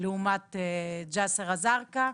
לעומת ג'סר א-זרקא.